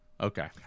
Okay